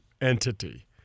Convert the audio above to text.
entity